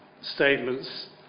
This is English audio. statements